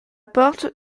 porte